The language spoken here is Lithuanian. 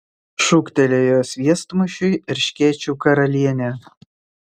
šūktelėjo sviestmušiui erškėčių karalienė